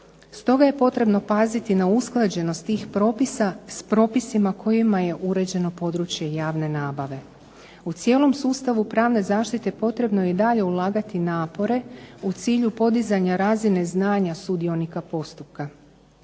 Stoga je potrebno paziti na usklađenost tih propisa s propisima kojima je uređeno područje javne nabave. U cijelom sustavu pravne zaštite potrebno je dalje ulagati napore u cilju podizanja razine znanja sudionika postupka.